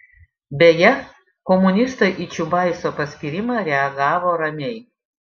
beje komunistai į čiubaiso paskyrimą reagavo ramiai